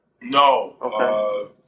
No